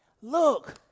Look